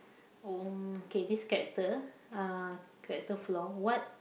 oh okay this character uh character flaw what